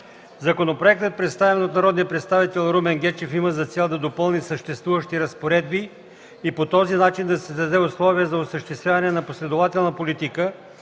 Законопроектът, представен от народния представител Румен Гечев, има за цел да допълни съществуващи разпоредби и по този начин да създаде условия за осъществяване на последователна политика